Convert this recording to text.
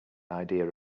idea